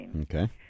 Okay